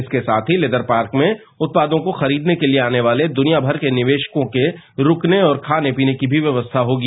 इसके साथ ही लेदर पार्क में उत्पादों को खरीदने के लिए आने वाले दुनियामर के निवेशकों के रुकने और खाने पीने की व्यवस्था मी होगी